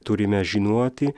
turime žinoti